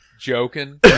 Joking